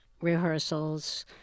rehearsals